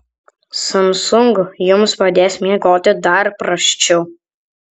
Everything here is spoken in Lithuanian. samsung jums padės miegoti dar prasčiau